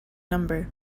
number